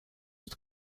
with